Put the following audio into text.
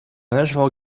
national